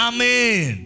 Amen